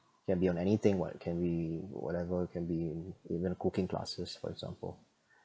can be on anything [what] can be whatever can be even cooking classes for example